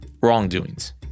wrongdoings